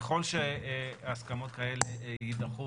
ככל שהסכמות כאלה יידחו